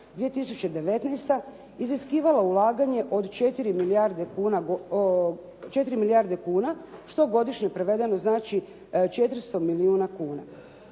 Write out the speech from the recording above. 2009.-2019. iziskivalo ulaganje od 4 milijarde kuna što godišnje prevedeno znači 400 milijuna kuna.